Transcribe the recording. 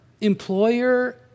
employer